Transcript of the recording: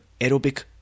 aerobic